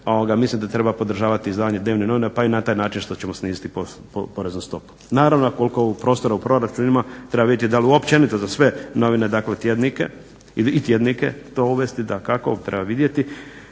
Mislim da treba podržavati izdavanje dnevnih novina pa i na taj način što ćemo sniziti poreznu stopu. Naravno koliko prostora u proračunu ima treba vidjeti da li općenito za sve novine, dakle i tjednike to uvesti dakako treba vidjeti.